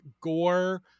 gore